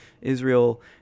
Israel